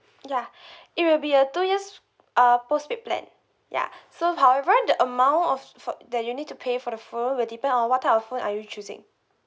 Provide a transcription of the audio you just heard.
ya it will be a two years uh postpaid plan ya so however the amount of for that you need to pay for the phone will depend on what type of phone are you choosing